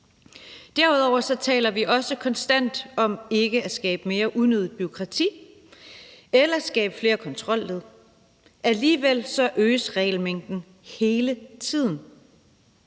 Derudover taler vi også konstant om ikke at skabe mere unødigt bureaukrati eller skabe flere kontrolled. Alligevel øges regelmængden hele tiden.